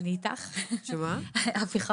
את מכירה